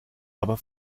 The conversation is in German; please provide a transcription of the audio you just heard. aber